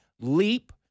leap